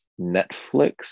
Netflix